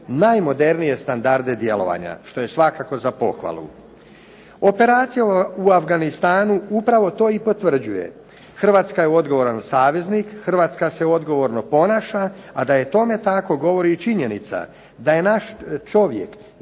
najmodernije standarde djelovanje što je svakako za pohvalu. Operacija u Afganistanu upravo to i potvrđuje. Hrvatska je odgovoran saveznik, Hrvatska se odgovorno ponaša, a da je tome tako govori i činjenica da je naš čovjek,